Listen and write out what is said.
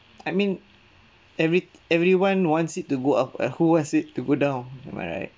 I mean every everyone wants it to go up and who wants it to go down am I right